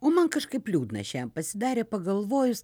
o man kažkaip liūdna šiandien pasidarė pagalvojus